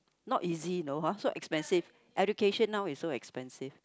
not easy you know hor so expensive education now is so expensive